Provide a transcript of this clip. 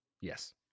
yes